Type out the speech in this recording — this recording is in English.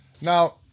now